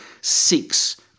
six